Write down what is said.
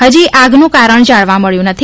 હજી આગનું કારણ જાણવા મળ્યું નથી